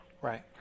Right